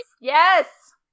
Yes